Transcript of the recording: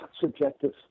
subjective